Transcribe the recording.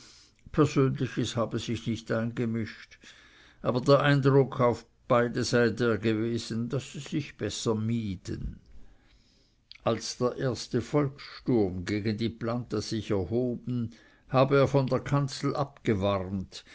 persönliches habe sich nicht eingemischt aber der eindruck auf beide sei der gewesen daß sie sich besser mieden als der erste volkssturm gegen die planta sich erhoben habe er von der kanzel abgewarnt